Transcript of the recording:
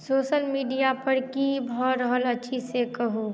social मीडियापर की भऽ रहल अछि से कहू